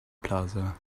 plaza